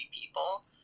people